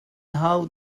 hau